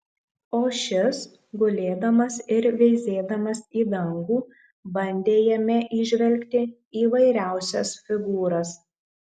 o šis gulėdamas ir veizėdamas į dangų bandė jame įžvelgti įvairiausias figūras